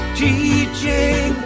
teaching